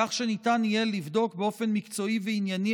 כך שניתן יהיה לבדוק באופן מקצועי וענייני